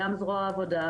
גם זרוע העבודה,